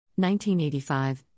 1985